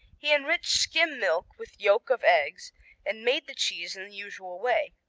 he enriched skim milk with yolk of eggs and made the cheese in the usual way.